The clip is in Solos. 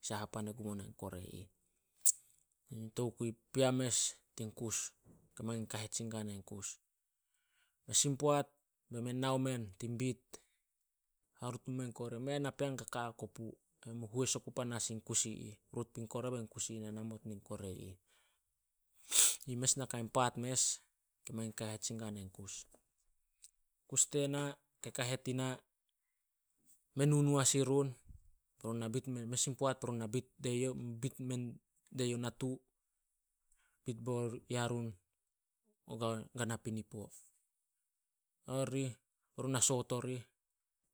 Saha pan e gum onai kore ih. Tokui pea mes tin kus, ke mangin kahet sin gana in kus. Mes in poat be men nao men tin bit. Harut mumeh in kore, mei a napean ka ka ai kopu. Men mu hois oku panas in kus i ih. Rut puin kore, bein kus i ih namot nin kore. Yi mes nakai paat mes ke mangin kahet sin gana in kus. Kus tena kei kahet ina, me nunu as irun. Mes in poat berun na bit mendie youh natu. Bit bo yarun kana pinipo. Nao rih berun na soot orih.